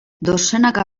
dozenaka